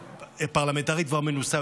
את כבר פרלמנטרית מנוסה,